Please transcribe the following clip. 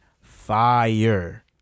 fire